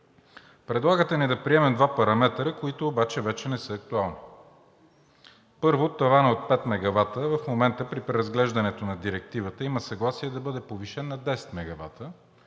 Предлагате ни да приемeм два параметъра, които обаче вече не са актуални. Първо, таванът от пет мегавата в момента при преразглеждането на Директивата има съгласие да бъде повишен на 10 мегавата.